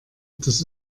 das